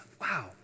wow